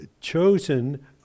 chosen